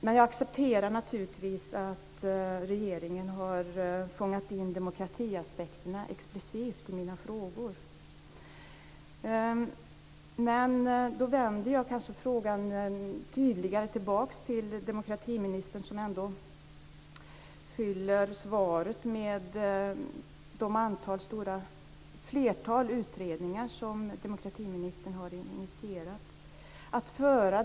Men jag accepterar naturligtvis att regeringen explicit har fångat in demokratiaspekterna i mina frågor. Då vill jag vända frågan tydligare tillbaka till demokratiministern som fyller svaret med ett flertal utredningar som demokratiministern har initierat.